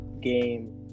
game